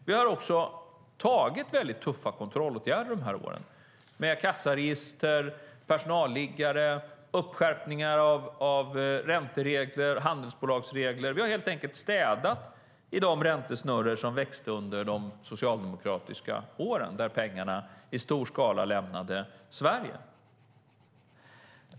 Vi har också vidtagit väldigt tuffa kontrollåtgärder de här åren: kassaregister, personalliggare och skärpningar av ränteregler och handelsbolagsregler. Vi har helt enkelt städat i de räntesnurror som växte under de socialdemokratiska åren, då pengarna i stor skala lämnade Sverige.